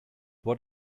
what